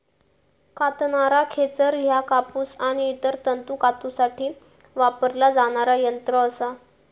कातणारा खेचर ह्या कापूस आणि इतर तंतू कातूसाठी वापरला जाणारा यंत्र असा